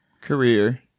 Career